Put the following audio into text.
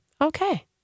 Okay